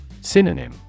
Synonym